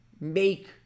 make